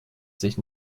sich